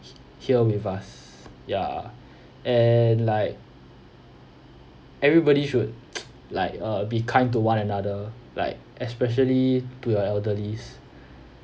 here with us ya and like everybody should like uh be kind to one another like especially to your elderlies